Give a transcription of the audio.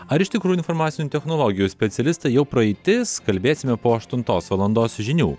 ar iš tikrųjų informacinių technologijų specialistai jau praeitis kalbėsime po aštuntos valandos žinių